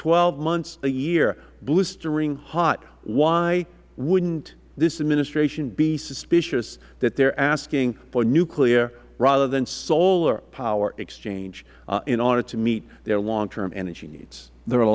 twelve months a year blistering hot why wouldn't this administration be suspicious that they are asking for nuclear rather than solar power exchange in order to meet their long term